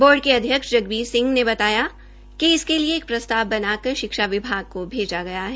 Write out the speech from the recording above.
board के अध्यक्ष जगबीर सिह ने कहा कि इसके लिए एक प्रस्ताव बनाकर शिक्षाविभाग को भेजा गया है